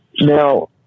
Now